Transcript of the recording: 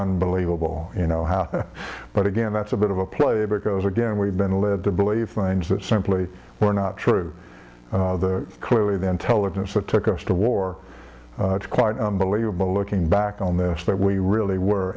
on believable you know how but again that's a bit of a play because again we've been led to believe things that simply were not true clearly the intelligence that took us to war it's quite unbelievable looking back on this that we really were